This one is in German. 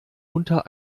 unter